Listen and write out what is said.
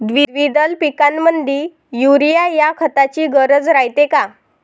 द्विदल पिकामंदी युरीया या खताची गरज रायते का?